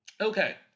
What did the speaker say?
Okay